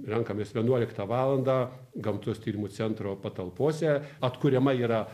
renkamės vienuoliktą valandą gamtos tyrimų centro patalpose atkuriama yra